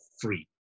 free